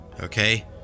Okay